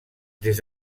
des